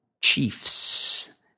Chiefs